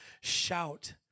shout